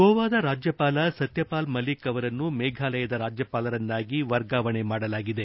ಗೋವಾದ ರಾಜ್ಯಪಾಲ ಸತ್ವಪಾಲ್ ಮಲ್ಲಿಕ್ ಅವರನ್ನು ಮೇಫಾಲಯದ ರಾಜ್ಯಪಾಲರನ್ನಾಗಿ ವರ್ಗಾವಣೆ ಮಾಡಲಾಗಿದೆ